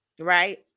right